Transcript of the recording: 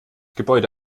gebäude